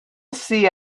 see